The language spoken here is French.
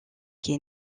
qui